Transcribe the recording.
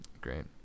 Great